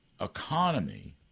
economy